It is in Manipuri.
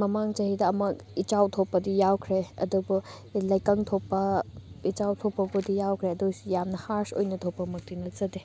ꯃꯃꯥꯡ ꯆꯍꯤꯗ ꯑꯃꯨꯔꯛ ꯏꯆꯥꯎ ꯊꯣꯛꯄꯗꯤ ꯌꯥꯎꯈ꯭ꯔꯦ ꯑꯗꯨꯕꯨ ꯂꯩꯀꯪ ꯊꯣꯛꯄ ꯏꯆꯥꯎ ꯊꯣꯛꯄꯕꯨꯗꯤ ꯌꯥꯎꯈ꯭ꯔꯦ ꯑꯗꯣꯏꯁꯨ ꯌꯥꯝꯅ ꯍꯥꯔ꯭ꯁ ꯑꯣꯏꯅ ꯊꯣꯛꯄꯃꯛꯇꯤ ꯅꯠꯆꯗꯦ